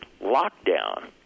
lockdown